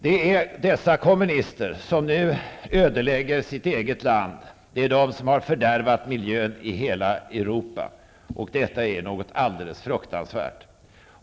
Det är dessa kommunister som nu ödelägger sitt eget land. Det är de som har fördärvat miljön i hela Europa, och detta är något alldeles fruktansvärt.